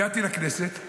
הגעתי לכנסת,